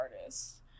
artists